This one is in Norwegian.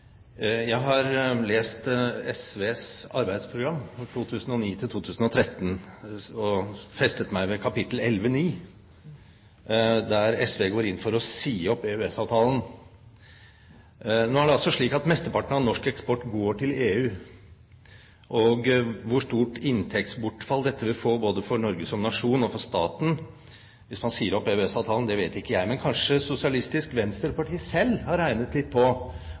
Jeg har lest SVs arbeidsprogram for 2009–2013 og festet meg ved kapittel 11.9, der SV går inn for å si opp EØS-avtalen. Nå er det slik at mesteparten av norsk eksport går til EU. Hvor stort inntektsbortfall det vil få både for Norge som nasjon og for staten hvis man sier opp EØS-avtalen, vet ikke jeg, men kanskje Sosialistisk Venstreparti selv har regnet litt på: